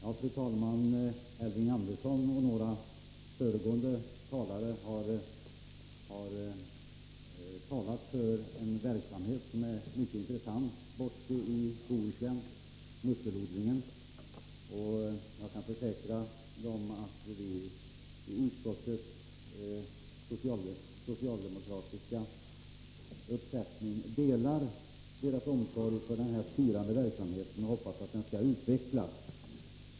Fru talman! Elving Andersson och några talare före honom har talat för en verksamhet i Bohuslän som är mycket intressant, musselodlingen. Jag kan försäkra dem att socialdemokraterna i utskottet delar deras omsorg om den här spirande verksamheten, och vi hoppas att den skall utvecklas.